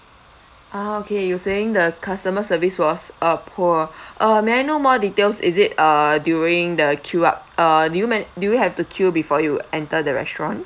ah okay you're saying the customer service was uh poor uh may I know more details is it uh during the queue up uh do you man~ do you have to queue before you enter the restaurant